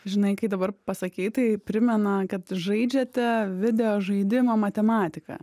žinai kai dabar pasakei tai primena kad žaidžiate video žaidimą matematika